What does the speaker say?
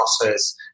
process